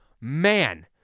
man